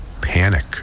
panic